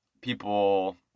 people